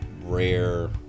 rare